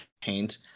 paint